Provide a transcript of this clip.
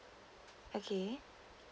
okay